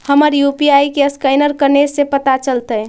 हमर यु.पी.आई के असकैनर कने से पता चलतै?